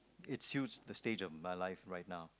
it suits the stage of my life right now